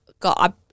God